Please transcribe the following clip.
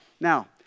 Now